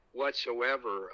whatsoever